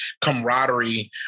camaraderie